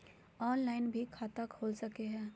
Online भी खाता खूल सके हय?